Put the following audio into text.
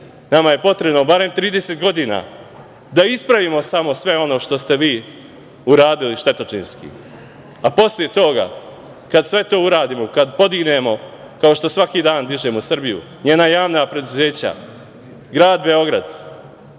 nama je potrebno barem 30 godina da ispravimo samo sve ono što ste vi uradili štetočinski, a posle toga, kad sve to uradimo, kad podignemo kao što svaki dan dižemo Srbiju, njena javna preduzeća, grad Beograd,